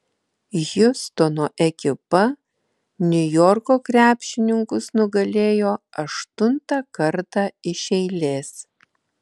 hjustono ekipa niujorko krepšininkus nugalėjo aštuntą kartą iš eilės